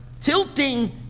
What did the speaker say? tilting